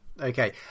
Okay